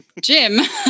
Jim